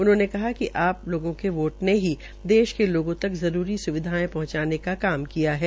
उन्होंने कहा कि आप लोगों के वोट ने ही देश के लोगों तक जरूरी सुविधायें पहंचाने का काम किया है